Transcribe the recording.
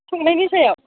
संनायनि सायाव